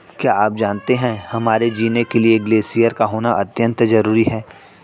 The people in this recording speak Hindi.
क्या आप जानते है हमारे जीने के लिए ग्लेश्यिर का होना अत्यंत ज़रूरी है?